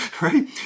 right